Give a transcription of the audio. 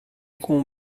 com